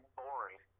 boring